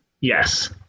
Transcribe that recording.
yes